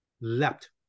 leapt